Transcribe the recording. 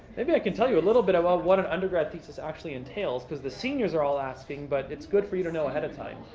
maybe i can tell you a little bit about what an undergrad thesis actually entails because the seniors are all asking. but it's good for you to know ahead of time.